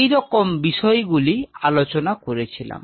এইরকম বিষয় গুলি আলোচনা করেছিলাম